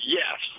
yes